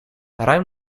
ruim